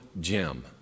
Jim